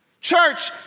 Church